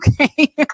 okay